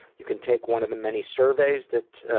you can take one of the many surveys that